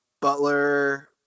Butler